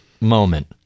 moment